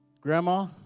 Grandma